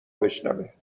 بشنوه